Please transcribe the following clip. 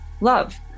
love